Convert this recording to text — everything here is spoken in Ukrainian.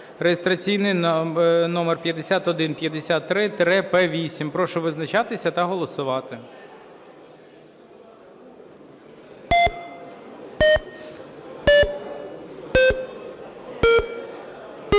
реєстраційний номер 5153-П8. Прошу визначатися та голосувати.